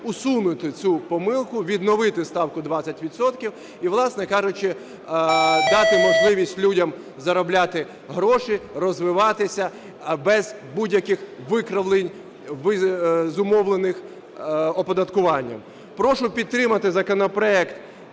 усунути цю помилку, відновити ставку 20 відсотків і, власне кажучи, дати можливість людям заробляти гроші, розвиватися без будь-яких викривлень, зумовлених оподаткуванням. Прошу підтримати законопроект